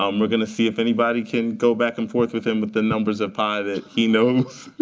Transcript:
um we're going to see if anybody can go back and forth with him with the numbers of pi that he knows